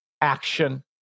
action